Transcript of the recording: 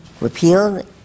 repealed